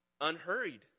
unhurried